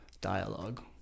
dialogue